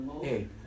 hey